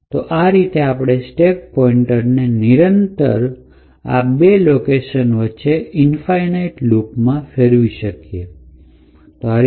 તો આ રીતે આપણે સ્ટેક પોઇન્ટ ને નિરંતર રીતે આ બે લોકેશન વચ્ચે ઇનફાઇનાઈટ લુપમાં ફેરવી શકીએ